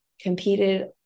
competed